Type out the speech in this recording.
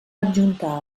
adjuntar